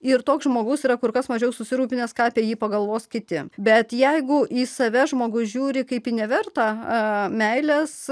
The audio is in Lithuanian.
ir toks žmogus yra kur kas mažiau susirūpinęs ką apie jį pagalvos kiti bet jeigu į save žmogus žiūri kaip į nevertą meilės